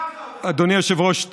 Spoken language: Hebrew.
אדוני היושב-ראש,